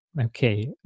okay